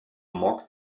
among